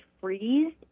freeze